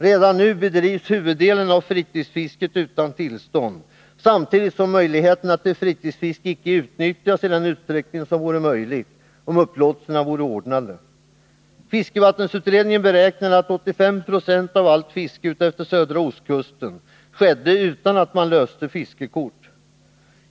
Redan nu bedrivs huvuddelen av fritidsfisket utan tillstånd, samtidigt som möjligheterna till fritidsfiske icke utnyttjas i den utsträckning som vore möjlig om upplåtelserna vore ordnade. Fiskevattensutredningen beräknade att 85 9o/av allt fiske utefter södra ostkusten skedde utan lösen av fiskekort.